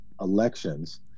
elections